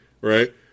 Right